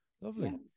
lovely